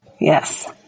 Yes